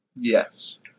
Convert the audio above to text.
Yes